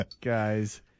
Guys